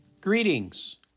Greetings